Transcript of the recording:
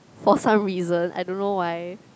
for some reasons I don't know why